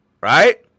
Right